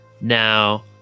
now